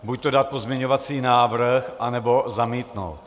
Buďto dát pozměňovací návrh, anebo zamítnout.